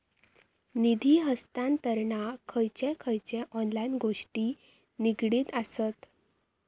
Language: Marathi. निधी हस्तांतरणाक खयचे खयचे ऑनलाइन गोष्टी निगडीत आसत?